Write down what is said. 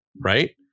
right